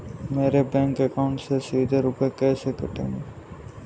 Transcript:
मेरे bank account से सीधे रुपए कैसे कटेंगे?